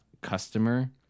Customer